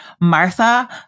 Martha